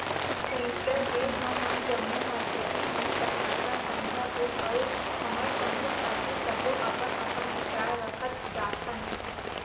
सनिच्चर के हमन जम्मो मारकेटिंग मन सकलाथन संझा के अउ हमर समूह खातिर सब्बो अपन अपन बिचार रखत जाथन